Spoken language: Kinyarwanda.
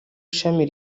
ishami